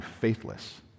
faithless